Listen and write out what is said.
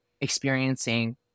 experiencing